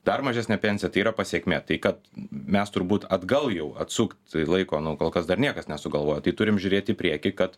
dar mažesnę pensiją tai yra pasekmė tai kad mes turbūt atgal jau atsukt laiko nu kol kas dar niekas nesugalvojo tai turim žiūrėt į priekį kad